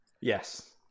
Yes